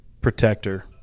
protector